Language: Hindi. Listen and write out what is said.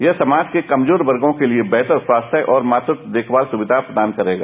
यह समाज के कमजोर वर्गो के लिए बेहतर स्वास्थ्य और मातृत्व देख भाल सुविधा प्रदान करेंगा